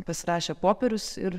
pasirašė popierius ir